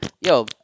yo